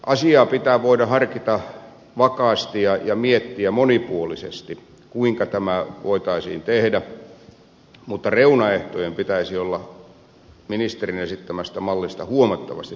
asiaa pitää voida harkita vakaasti ja miettiä monipuolisesti kuinka tämä voitaisiin tehdä mutta reunaehtojen pitäisi olla huomattavasti toisenkaltaiset kuin ministerin esittämässä mallissa